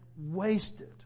wasted